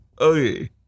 Okay